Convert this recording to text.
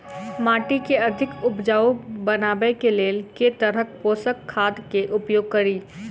माटि केँ अधिक उपजाउ बनाबय केँ लेल केँ तरहक पोसक खाद केँ उपयोग करि?